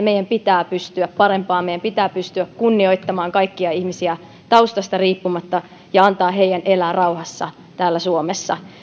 meidän pitää pystyä parempaan meidän pitää pystyä kunnioittamaan kaikkia ihmisiä taustasta riippumatta ja antaa heidän elää rauhassa täällä suomessa